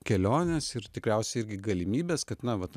kelionės ir tikriausiai irgi galimybės kad na vat